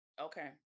Okay